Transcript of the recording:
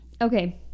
Okay